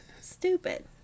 Stupid